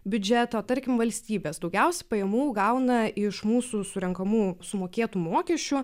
biudžetą tarkim valstybės daugiausiai pajamų gauna iš mūsų surenkamų sumokėtų mokesčių